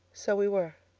so we were.